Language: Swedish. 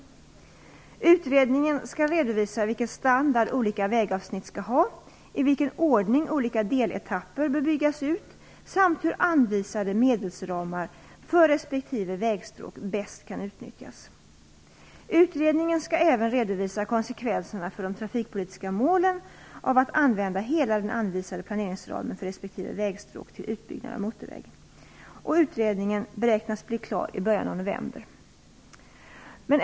Utredningen skall redovisa vilken standard olika vägavsnitt skall ha, i vilken ordning olika deletapper bör byggas ut samt hur anvisade medelsramar för respektive vägstråk bäst kan utnyttjas. Utredningen skall även redovisa konsekvenserna för de trafikpolitiska målen av att använda hela den anvisade planeringsramen för respektive vägstråk till utbyggnad av motorväg. Utredningen beräknas bli klar i början av november.